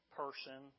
person